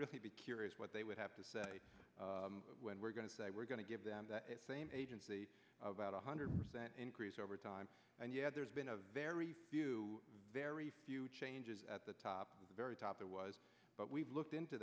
really be curious what they would have to say when we're going to say we're going to give them that same agency about one hundred percent increase over time and yet there's been a very few very few changes at the top of the very top there was but we've looked into